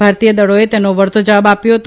ભારતીય દળોએ તેનો વળતો જવાબ આપ્યો છે